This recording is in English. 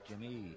Jimmy